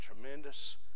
tremendous